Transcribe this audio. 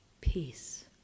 peace